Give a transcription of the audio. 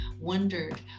wondered